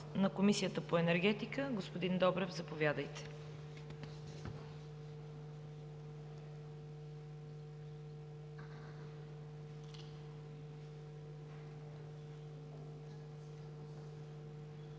на Комисията по енергетика. Господин Добрев, заповядайте.